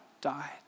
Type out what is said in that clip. died